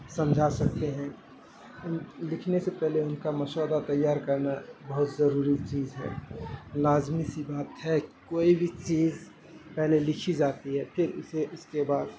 سمجھا سکتے ہیں لکھنے سے پہلے ان کا مسودہ تیار کرنا بہت ضروری چیز ہے لازمی سی بات ہے کوئی بھی چیز پہلے لکھی جاتی ہے پھر اسے اس کے بعد